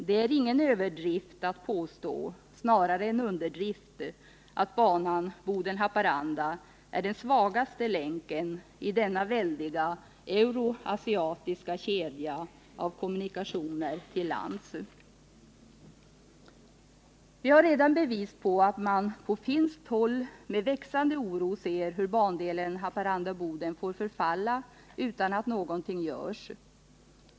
Det är ingen överdrift att påstå — snarare en underdrift — att banan Boden-Haparanda är den svagaste länken i denna väldiga euroasiatiska kedja av kommunikationer till lands. Vi har redan bevis på att man på finskt håll med växande oro ser hur bandelen Haparanda-Boden får förfalla utan att någonting görs.